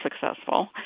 successful